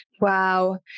Wow